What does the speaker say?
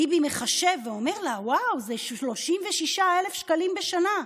ביבי מחשב ואומר לה: ואוו, זה 36,000 שקלים בשנה.